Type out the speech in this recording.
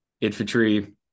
infantry